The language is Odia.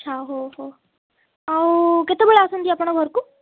ଆଚ୍ଛା ହଉ ହଉ ଆଉ କେତେ ବେଳେ ଆସନ୍ତି ଆପଣ ଘରକୁ